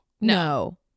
No